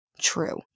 true